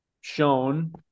shown